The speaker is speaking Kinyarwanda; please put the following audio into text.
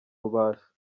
rubasha